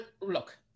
look